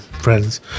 Friends